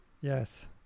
yes